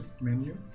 menu